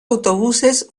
autobuses